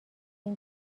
این